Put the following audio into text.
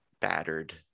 battered